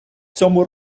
цьому